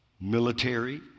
Military